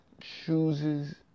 Chooses